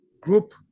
group